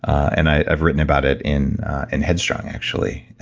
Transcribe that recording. and i've written about it in and head strong, actually,